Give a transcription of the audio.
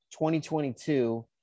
2022